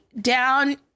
down